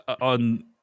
on